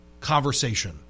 conversation